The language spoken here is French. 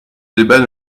débat